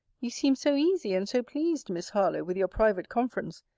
you seem so easy and so pleased, miss harlowe, with your private conference,